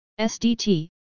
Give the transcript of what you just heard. SDT